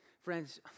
friends